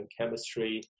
chemistry